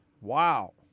Wow